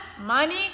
money